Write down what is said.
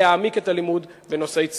להעמיק את הלימוד בנושאי ציונות.